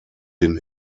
den